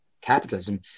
capitalism